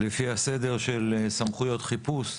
לפי הסדר של סמכויות חיפוש,